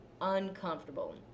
uncomfortable